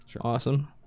Awesome